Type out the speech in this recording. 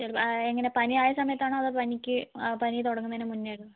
ചെറുതായി അങ്ങനെ പനി ആയ സമയത്താണോ അതോ പനിക്ക് പനി തുടങ്ങുന്നതിന് മുന്നേയാണോ